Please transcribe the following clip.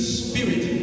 spirit